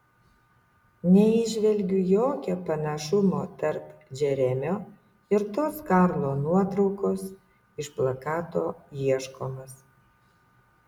neįžvelgiu jokio panašumo tarp džeremio ir tos karlo nuotraukos iš plakato ieškomas